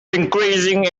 increasing